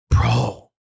Bro